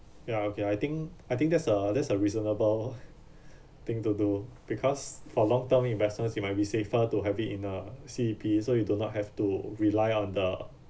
ya okay I think I think that's a that's a reasonable thing to do because for long term investments it might be safer to have it in uh C_P so you do not have to rely on the